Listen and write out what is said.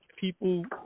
People